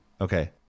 Okay